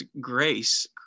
grace